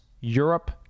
Europe